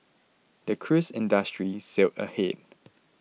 the cruise industry sailed ahead